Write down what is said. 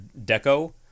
Deco